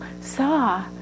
saw